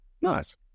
Nice